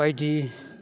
बायदि